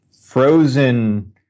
frozen